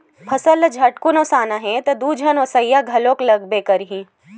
फसल ल झटकुन ओसाना हे त दू झन ओसइया घलोक लागबे करही